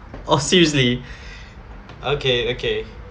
oh seriously okay okay